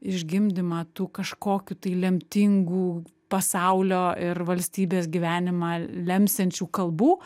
išgimdymą tų kažkokių tai lemtingų pasaulio ir valstybės gyvenimą lemsiančių kalbų